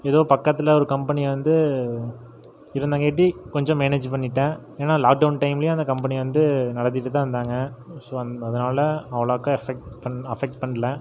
எதோ பக்கத்தில் ஒரு கம்பெனி வந்து இருந்தங்காட்டி கொஞ்சம் மேனேஜ் பண்ணிவிட்டேன் ஏன்னா லாக்டவுன் டைம்லையும் அந்த கம்பெனி வந்து நடத்திகிட்டு தான் இருந்தாங்க ஸோ அதனால் அவ்வளோக்கா எஃபெக்ட் பண் அஃபெக்ட் பண்ணல